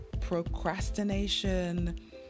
procrastination